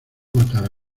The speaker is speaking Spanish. matar